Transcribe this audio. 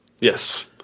Yes